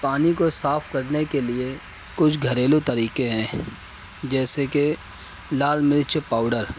پانی کو صاف کرنے کے لیے کچھ گھریلو طریقے ہیں جیسے کہ لال مرچ پاؤڈر